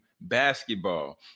basketball